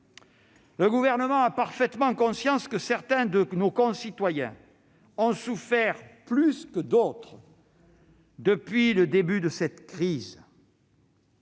Le Gouvernement a parfaitement conscience que certains de nos concitoyens ont souffert plus que d'autres depuis le début de cette crise